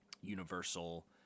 universal